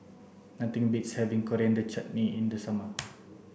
nothing beats having Coriander Chutney in the summer